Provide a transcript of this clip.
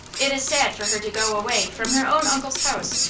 it is sad for her to go away from her own uncle's house,